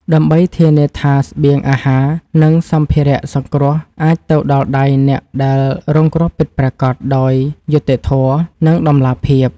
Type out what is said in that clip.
ដើម្បីធានាថាស្បៀងអាហារ និងសម្ភារៈសង្គ្រោះអាចទៅដល់ដៃអ្នកដែលរងគ្រោះពិតប្រាកដដោយយុត្តិធម៌ និងតម្លាភាព។